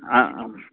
ஆ ஆ